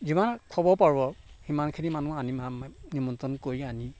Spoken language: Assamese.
যিমান খুৱাব পাৰো আৰু সিমানখিনি মানুহ আনি নিমন্ত্ৰণ কৰি আনি